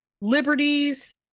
liberties